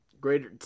Greater